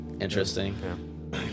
interesting